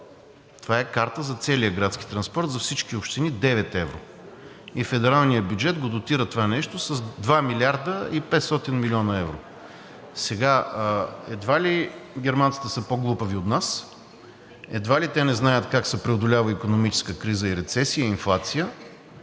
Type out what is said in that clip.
Това е карта за целия градски транспорт за всички общини – 9 евро, и федералният бюджет го дотира това нещо с 2 млрд. и 500 млн. евро. Едва ли германците са по-глупави от нас, едва ли те не знаят как се преодолява икономическа криза, рецесия и инфлация.